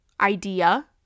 idea